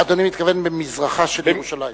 אדוני מתכוון במזרחה של ירושלים.